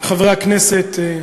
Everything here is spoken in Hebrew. חברי הכנסת,